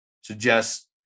suggest